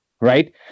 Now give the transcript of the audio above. Right